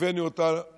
הבאנו אותה לכאן.